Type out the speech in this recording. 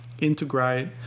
integrate